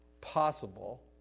possible